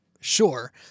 sure